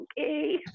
Okay